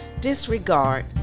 disregard